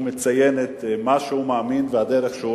הוא מציין את מה שהוא מאמין והדרך שבה הוא